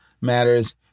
matters